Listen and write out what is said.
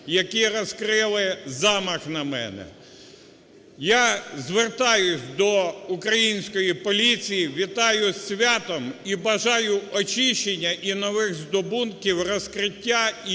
Я звертаюсь до української поліції, вітаю зі святом і бажаю очищення і нових здобутків, розкриття і